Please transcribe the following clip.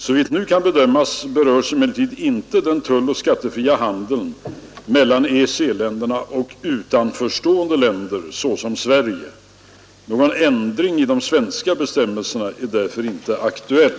Såvitt nu kan bedömas berörs emellertid inte den tulloch skattefria handeln mellan EEC-länderna och utanförs ående länder såsom Sverige. Någon ändring i de svenska bestämmelserna är därför inte aktuell.